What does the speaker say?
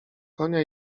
konia